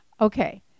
Okay